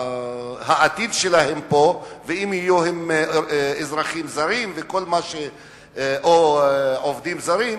העתיד שלהם פה ואם יהיו אזרחים זרים או עובדים זרים.